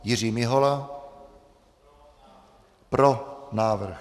Jiří Mihola: Pro návrh.